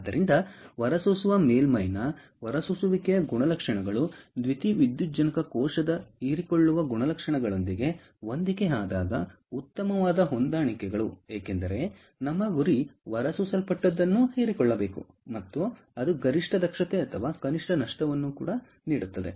ಆದ್ದರಿಂದ ಹೊರಸೂಸುವ ಮೇಲ್ಮೈಯ ಹೊರಸೂಸುವಿಕೆಯ ಗುಣಲಕ್ಷಣಗಳು ದ್ಯುತಿವಿದ್ಯುಜ್ಜನಕ ಕೋಶದ ಹೀರಿಕೊಳ್ಳುವ ಗುಣಲಕ್ಷಣಗಳೊಂದಿಗೆ ಹೊಂದಿಕೆಯಾದಾಗ ಉತ್ತಮವಾದ ಹೊಂದಾಣಿಕೆಗಳು ಏಕೆಂದರೆ ನಮ್ಮ ಗುರಿ ಹೊರಸೂಸಲ್ಪಟ್ಟದ್ದನ್ನು ಹೀರಿಕೊಳ್ಳಬೇಕು ಮತ್ತು ಅದು ಗರಿಷ್ಠ ದಕ್ಷತೆ ಅಥವಾ ಕನಿಷ್ಠ ನಷ್ಟವನ್ನು ನೀಡುತ್ತದೆ